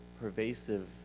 pervasive